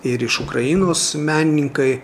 ir iš ukrainos menininkai